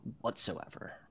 whatsoever